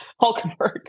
Hulkenberg